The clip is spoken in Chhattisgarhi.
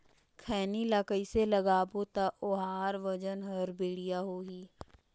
खैनी ला कइसे लगाबो ता ओहार वजन हर बेडिया होही?